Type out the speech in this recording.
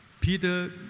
Peter